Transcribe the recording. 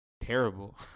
terrible